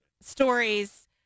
stories